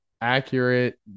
accurate